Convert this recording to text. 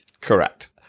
Correct